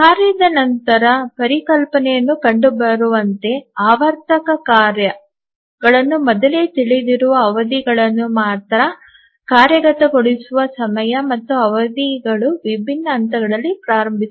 ಕಾರ್ಯದ ಹಂತದ ಪರಿಕಲ್ಪನೆಯಲ್ಲಿ ಕಂಡುಬರುವಂತೆ ಆವರ್ತಕ ಕಾರ್ಯಗಳನ್ನು ಮೊದಲೇ ತಿಳಿದಿರುವ ಅವಧಿಗಳನ್ನು ಮಾತ್ರ ಕಾರ್ಯಗತಗೊಳಿಸುವ ಸಮಯ ಮತ್ತು ಅವಧಿಗಳು ವಿಭಿನ್ನ ಹಂತಗಳಲ್ಲಿ ಪ್ರಾರಂಭಿಸಬಹುದು